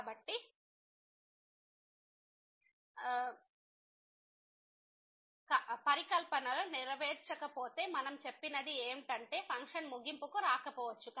కాబట్టి పరికల్పనలు నెరవేర్చకపోతే మనం చెప్పినది ఏంటంటే ఫంక్షన్ ముగింపుకు రాకపోవచ్చు